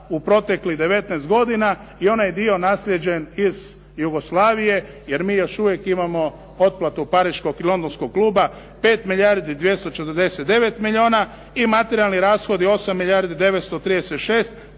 u proteklih 19 godina i onaj dio naslijeđen iz Jugoslavije, jer mi još uvijek imamo otplatu pariškog i londonskog kluba 5 milijardi 249 milijuna i materijalni rashodi 8 milijardi 936.